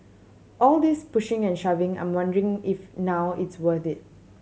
all this pushing and shoving I'm wondering if now it's worth it